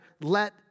let